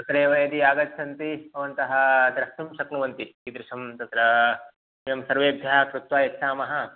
तत्रैव यदि आगच्छन्ति भवन्तः द्रष्टुं शक्नुवन्ति कीदृशं तत्र वयं सर्वेभ्यः कृत्वा यच्छामः